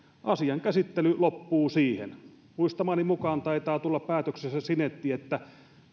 asian käsittely loppuu siihen muistamani mukaan taitaa tulla päätöksessä sinetti että